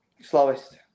slowest